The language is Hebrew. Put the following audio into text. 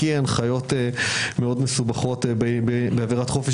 כי יש הנחיות מאוד מסובכות באווירת חופש